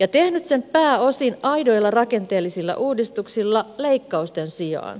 ja tehnyt sen pääosin aidoilla rakenteellisilla uudistuksilla leikkausten sijaan